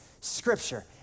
scripture